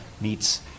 meets